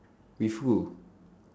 with who